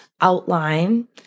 outline